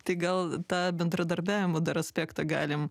tai gal tą bendradarbiavimo dar aspektą galim